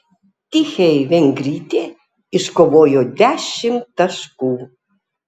tichei vengrytė iškovojo dešimt taškų